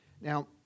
Now